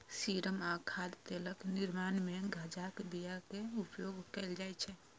serum आ खाद्य तेलक निर्माण मे गांजाक बिया के उपयोग कैल जाइ छै